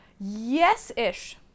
Yes-ish